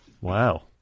Wow